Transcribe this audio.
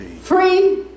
Free